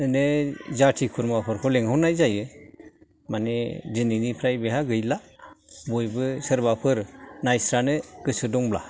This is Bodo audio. माने जाथि खुर्माफोरखौ लेंहरनाय जायो माने दिनैनिफ्राय बेहा गैला बयबो सोरबाफोर नायस्रानो गोसो दंब्ला